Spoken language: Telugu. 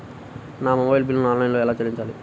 నా మొబైల్ బిల్లును ఆన్లైన్లో ఎలా చెల్లించాలి?